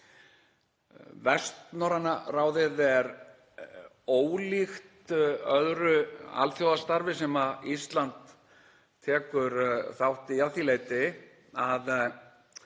Vestnorræna ráðið er ólíkt öðru alþjóðastarfi sem Ísland tekur þátt í að því leyti að